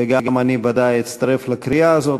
וגם אני ודאי אצטרף לקריאה הזאת,